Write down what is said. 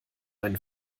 einen